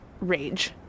rage